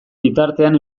bitartean